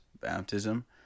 baptism